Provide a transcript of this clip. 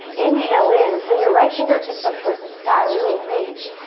inhale in, send your right fingertips up towards the sky, really reach.